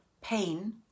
pain